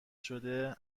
شده